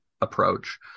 approach